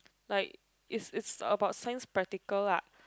like it's it's about science practical lah